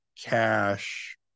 Cash